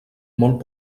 molt